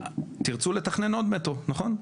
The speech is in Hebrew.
תרצו לתכנן עוד מטרו, נכון?